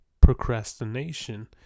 procrastination